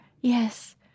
Yes